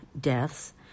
deaths